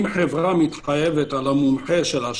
אם חברה מתחייבת על המומחה שלה,